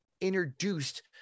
introduced